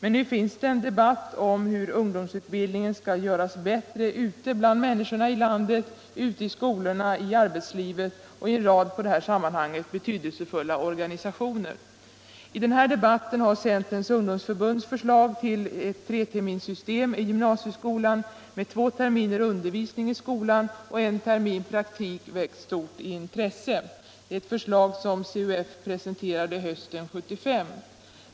En debatt om hur ungdomsutbildningen skall göras bättre pågår nu ute bland människorna i landet, ute i skolorna, i arbetslivet och i en rad på det här området betydelsefulla organisationer. I den debatten har Centerns ungdomsförbunds förslag till ett treterminssystem i gymnasieskolan, med två terminer undervisning i skolan och en termin praktik, väckt stort intresse. Det förslaget presenterade Centerns ungdomsförbund hösten 1975.